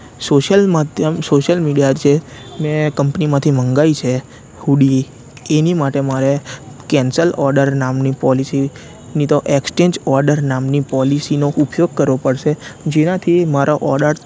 social media જે મેં કંપનીમાંથી મંગાવી છે હુડી એની માટે મારે કેન્સલ ઓડર નામની પોલિસી નીતો એક્સ્ચેન્જ ઓડર નામની પોલિસીનો ઉપયોગ કરવો પડશે જેનાથી મારો ઓડર